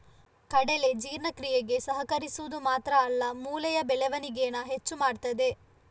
ಕಡಲೆ ಜೀರ್ಣಕ್ರಿಯೆಗೆ ಸಹಕರಿಸುದು ಮಾತ್ರ ಅಲ್ಲ ಮೂಳೆಯ ಬೆಳವಣಿಗೇನ ಹೆಚ್ಚು ಮಾಡ್ತದೆ